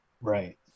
Right